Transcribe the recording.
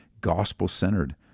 gospel-centered